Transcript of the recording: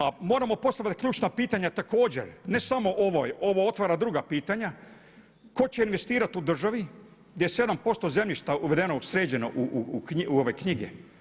A moramo postavljati ključna pitanja također ne samo ovo, ovo otvara druga pitanja tko će investirati u državi gdje 7% zemljišta uvedeno, sređeno u knjige.